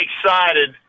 excited